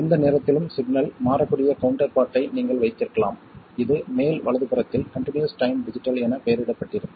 எந்த நேரத்திலும் சிக்னல் மாறக்கூடிய கவுண்டர் பார்ட்டை நீங்கள் வைத்திருக்கலாம் இது மேல் வலதுபுறத்தில் கன்டினியஸ் டைம் டிஜிட்டல் என பெயரிடப்பட்டிருக்கும்